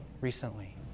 recently